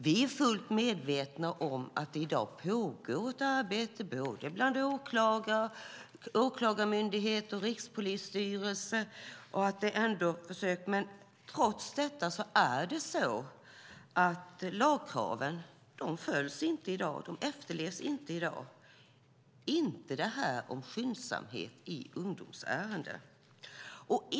Vi är fullt medvetna om att det i dag pågår ett arbete hos åklagarmyndighet och rikspolisstyrelse, men trots detta efterlevs inte lagkraven om skyndsamhet i ungdomsärenden i dag.